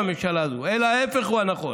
אלא ההפך הוא הנכון.